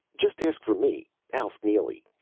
just ask for me alf neely!